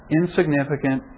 insignificant